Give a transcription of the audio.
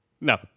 No